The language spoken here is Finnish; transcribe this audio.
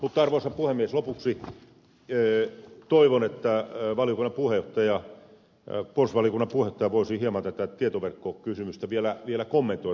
mutta arvoisa puhemies lopuksi toivon että puolustusvaliokunnan puheenjohtaja voisi hieman tätä tietoverkkokysymystä vielä kommentoida